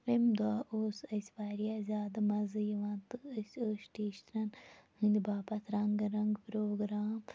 تمہِ دۄہہ اوس اَسہِ واریاہ زیادٕ مَزٕ یِوان تہٕ أسۍ ٲسۍ ٹیٖچرَن ہٕنٛدۍ باپت رَنٛگہ رَنٛگہ پروگرام